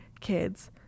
kids